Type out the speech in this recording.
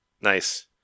Nice